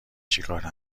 چیکاره